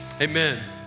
Amen